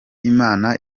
imana